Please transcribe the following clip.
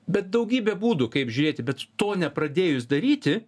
bet daugybė būdų kaip žiūrėti bet to nepradėjus daryti